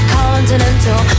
continental